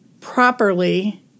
properly